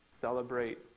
celebrate